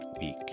week